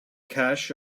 cash